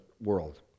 world